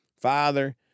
Father